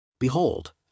Behold